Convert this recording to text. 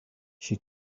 she